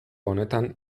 honetan